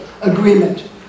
Agreement